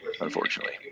unfortunately